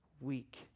week